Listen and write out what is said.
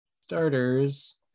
Starters